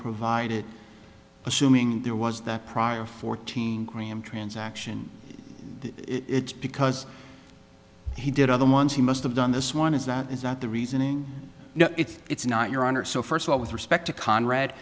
provided assuming there was the prior fourteen gram transaction it's because he did other ones he must have done this one is that it's not the reasoning no it's not your honor so first of all with respect to conrad